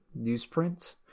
newsprint